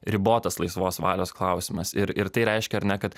ribotas laisvos valios klausimas ir ir tai reiškia ar ne kad